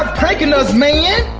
ah pranking us man!